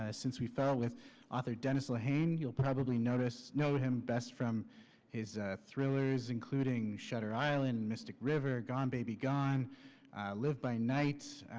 ah since we fell, with author dennis lehane. you'll probably know him best from his thrillers, including shutter island mystic river gone, baby, gone live by night,